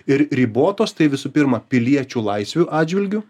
ir ribotos tai visų pirma piliečių laisvių atžvilgiu